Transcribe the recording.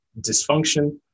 dysfunction